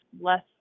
less